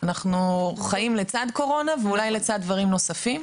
אנחנו חיים לצד קורונה ואולי לצד דברים נוספים.